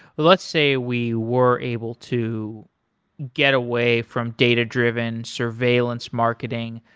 let's say we were able to get away from data-driven surveillance marketing.